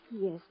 Yes